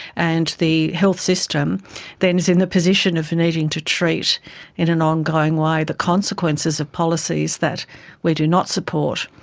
and the health system then is in the position of needing to treat in an ongoing way the consequences of policies that we do not support.